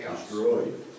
Destroyed